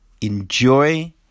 enjoy